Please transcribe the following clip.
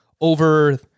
over